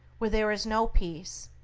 where there is no peace,